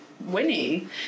Winning